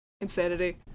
Insanity